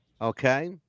Okay